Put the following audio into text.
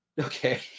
okay